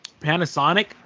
Panasonic